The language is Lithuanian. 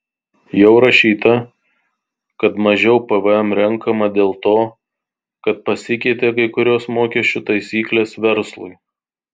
jau rašyta kad mažiau pvm renkama dėl to kad pasikeitė kai kurios mokesčių taisyklės verslui